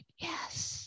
Yes